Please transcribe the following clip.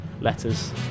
letters